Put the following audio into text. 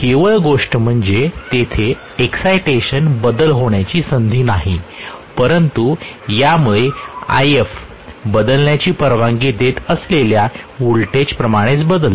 केवळ गोष्ट म्हणजे तेथे एक्सायटेशन बदल होण्याची संधी नाही परंतु यामुळे If बदलण्याची परवानगी देत असलेल्या व्होल्टेजप्रमाणेच बदलले